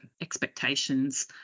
expectations